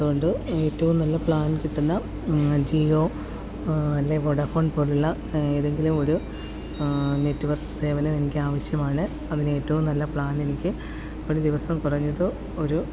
അതുകൊണ്ട് ഏറ്റവും നല്ല പ്ലാൻ കിട്ടുന്ന ജിയോ അല്ലെൽ വോഡഫോൺ പോലുള്ള ഏതെങ്കിലും ഒരു നെറ്റ്വർക്ക് സേവനം എനിക്ക് ആവശ്യമാണ് അതിന് ഏറ്റവും നല്ല പ്ലാൻ എനിക്ക് ഒരു ദിവസം കുറഞ്ഞത് ഒരു